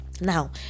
Now